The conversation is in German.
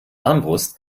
armbrust